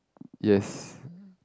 yes